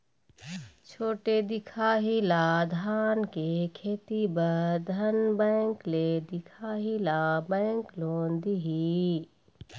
छोटे दिखाही ला धान के खेती बर धन बैंक ले दिखाही ला बैंक लोन दिही?